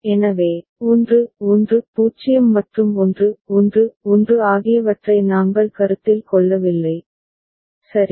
எனவே 1 1 0 மற்றும் 1 1 1 ஆகியவற்றை நாங்கள் கருத்தில் கொள்ளவில்லை சரி